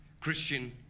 Christian